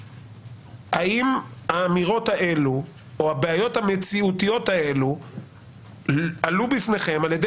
האם האמירות האלו או הבעיות המציאותיות האלו עלו בפניכם על ידי